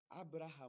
Abraham